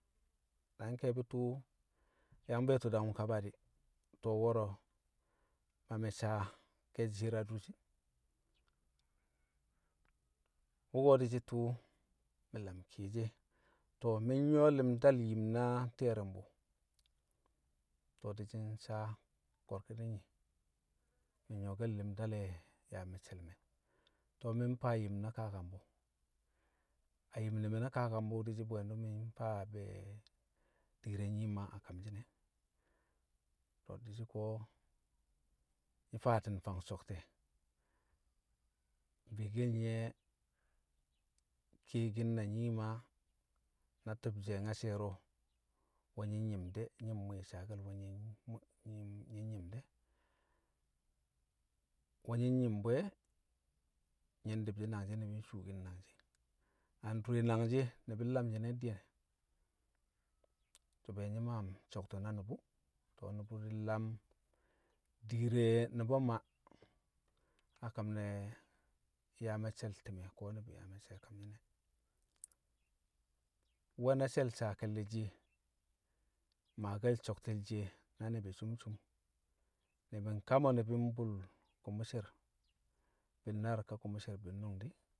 na nke̱e̱bi̱ tu̱ụ yang be̱e̱ti̱ ndaku̱m kaba di̱ tọ wo̱ro̱ ma mi̱ saa ke̱e̱shi̱ shi̱i̱r a durshin, wu̱ko̱ di̱shi̱ tu̱u̱ mi̱ lam kiyeshi̱ e. To̱ mi̱ nyu̱wo̱ li̱mdal yim na ti̱ye̱ru̱mbu̱, to̱ di̱shi̱ nsaa ko̱r ki̱di̱ng nyi̱ mi̱ nyu̱wo̱ke̱l li̱mda le̱ yaa me̱cce̱ le̱ me̱. To̱ mi̱ mfaa yim na kakambu̱, a yim ne̱ me̱ na kakambu̱ di̱shi̱ bwe̱ndu̱ mi̱ mfaa be̱e̱ diir re̱ Nyii Maa a kamshi̱n e̱, lo̱b di̱shi̱ ko̱ nfaati̱n fang so̱kte̱, bikkel nye̱ kiyekin na Nyii Maa na ti̱bshe̱ nyashe̱ro̱ wu̱ nyi̱ nyi̱m de̱ nyi̱, mmwi̱i̱ saake̱l wu̱ nyi̱ nyi̱ nyi̱m de̱, wu̱ nyi̱ nyi̱m bu̱ e̱ nyi̱ ndi̱bshi̱ nangshi̱ ni̱bi̱ nshuu nangshi̱. A ndure nangshi̱ ni̱bi̱ nlam nyi̱ne̱ di̱yẹn so̱ be̱ nyi̱ maam so̱kte̱ na nu̱bu̱. To̱ nu̱bu̱ di̱ nlam diir re Nu̱ba Maa a kam ne̱ yaa me̱cce̱l ti̱me̱ ko̱ ni̱bi̱ yaa me̱cce̱ a kamshi̱n e̱. Nwe̱ na she̱l saa ke̱lle̱ shiye maake̱l sokte̱l shiye na ni̱bi̱ cum cum ni̱bi̱ kamo̱ ni̱bi̱ mbu̱l ko̱mo̱ sher bi̱nnaar ka ko̱mo̱ sher bi̱nnu̱ng di̱.